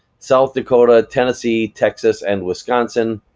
south dakota, tennessee, texas, and wisconsin,